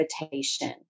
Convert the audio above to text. invitation